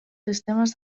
sistemes